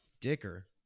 Dicker